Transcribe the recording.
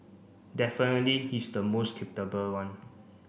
definitely he's the most one